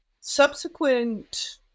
subsequent